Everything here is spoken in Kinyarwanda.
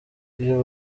y’u